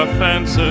ah fans